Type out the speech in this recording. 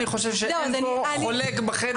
אני חושב שאין פה חולק בחדר.